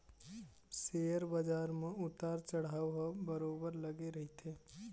share बजार म उतार चढ़ाव ह बरोबर लगे ही रहिथे